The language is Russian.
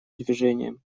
движением